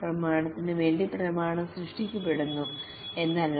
പ്രമാണത്തിനുവേണ്ടി പ്രമാണം സൃഷ്ടിക്കപ്പെടുന്നു എന്നല്ല